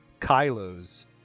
Kylo's